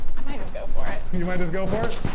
i might just go for it. i mean you might just go for it?